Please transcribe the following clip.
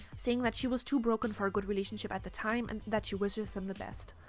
saying that she was too broken for a good relationship at the time and that she wishes him the best.